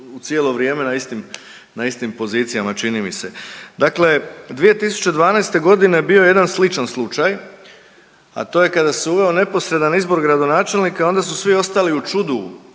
mi cijelo vrijeme na istim pozicijama čini mi se. Dakle, 2012.g. bio je jedan sličan slučaj, a to je kada se uveo neposredan izbor gradonačelnika onda su svi ostali u čudu